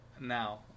now